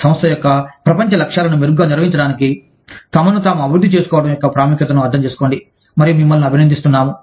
సంస్థ యొక్క ప్రపంచ లక్ష్యాలను మెరుగ్గా నిర్వహించడానికి తమను తాము అభివృద్ధి చేసుకోవడం యొక్క ప్రాముఖ్యతను అర్థం చేసుకోండి మరియు మిమ్ములను అభినందిస్తున్నాము